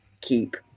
keep